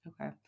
Okay